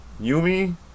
Yumi